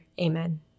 Amen